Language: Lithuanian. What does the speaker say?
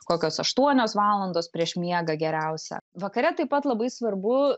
kokios aštuonios valandos prieš miegą geriausia vakare taip pat labai svarbu